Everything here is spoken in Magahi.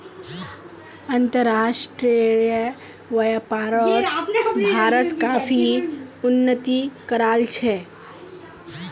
अंतर्राष्ट्रीय व्यापारोत भारत काफी उन्नति कराल छे